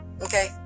Okay